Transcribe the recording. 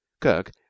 kirk